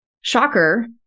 shocker